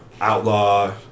outlaw